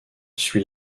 suit